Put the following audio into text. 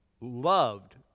loved